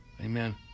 Amen